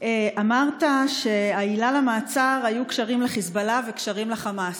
אמרת שהעילה למעצר הייתה קשרים לחיזבאללה וקשרים לחמאס.